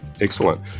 Excellent